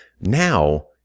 Now